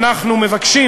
אנחנו מבקשים